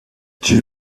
die